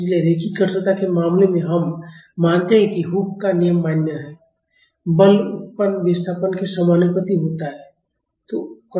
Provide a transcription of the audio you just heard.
इसलिए रैखिक कठोरता के मामले में हम मानते हैं कि हुक का नियम मान्य है बल उत्पन्न विस्थापन के समानुपाती होता है